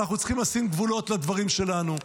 אנחנו צריכים לשים גבולות לדברים שלנו.